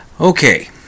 Okay